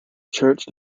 church